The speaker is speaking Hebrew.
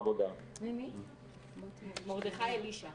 ועדה לענייני רווחה